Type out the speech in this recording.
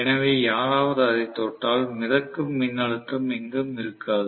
எனவே யாராவது அதைத் தொட்டால் மிதக்கும் மின்னழுத்தம் எங்கும் இருக்காது